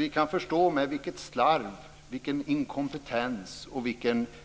Ni kan förstå vilket slarv, vilken inkompetens och